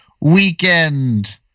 weekend